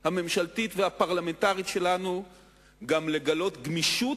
הממשלתית והפרלמנטרית שלנו לגלות גמישות,